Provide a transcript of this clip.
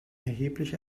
erheblich